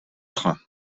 train